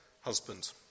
husband